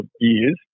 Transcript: years